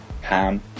Ham